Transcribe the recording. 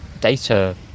data